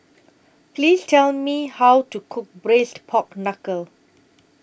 Please Tell Me How to Cook Braised Pork Knuckle